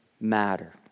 matter